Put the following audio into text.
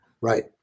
Right